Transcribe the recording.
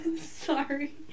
Sorry